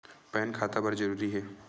Pan खाता बर जरूरी हे?